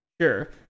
Sure